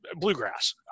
bluegrass